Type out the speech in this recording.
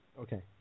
Okay